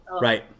Right